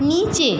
নীচে